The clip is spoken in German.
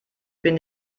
bin